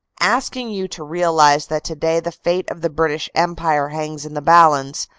asking you to realize that today the fate of the british empire hangs in the balance,